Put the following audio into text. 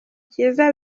kiza